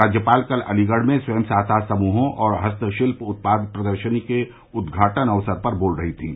राज्यपाल कल अलीगढ़ में स्वयं सहायता समूहों और हस्तशिल्य उत्पाद प्रदर्शनी के उद्घाटन अक्सर पर बोल रही थीं